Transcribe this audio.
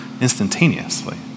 instantaneously